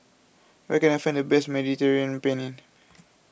where can I find the best Mediterranean Penne